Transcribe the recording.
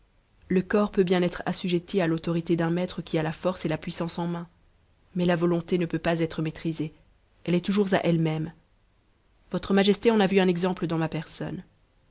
le corps peut bien être assujetti à l'autorité d'un maître qui a la force et la puissance en main mais la volonté ne peut pas être maîtrisée elle est toujours à elle-même votre majesté en a vu un exemple dans ma personne